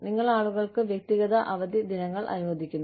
നിങ്ങൾ ആളുകൾക്ക് വ്യക്തിഗത അവധി ദിനങ്ങൾ അനുവദിക്കുന്നു